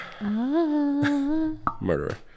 Murderer